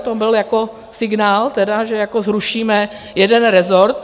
To byl jako signál tedy, že jako zrušíme jeden reszrt?